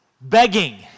begging